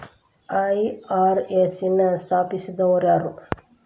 IRS ನ ಸ್ಥಾಪಿಸಿದೊರ್ಯಾರು?